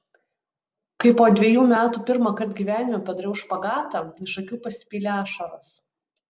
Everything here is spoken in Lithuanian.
kai po dvejų metų pirmąkart gyvenime padariau špagatą iš akių pasipylė ašaros